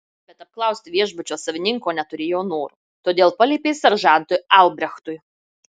bet apklausti viešbučio savininko neturėjo noro todėl paliepė seržantui albrechtui